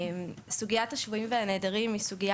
סוגיית השבויים והנעדרים היא סוגיה